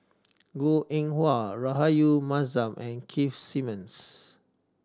Goh Eng Wah Rahayu Mahzam and Keith Simmons